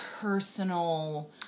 personal